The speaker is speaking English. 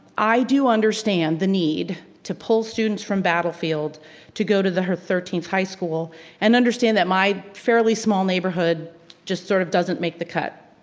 i do understand the need to pull students from battlefield to go to the thirteenth high school and understand that my fairly small neighborhood just sort of doesn't make the cut.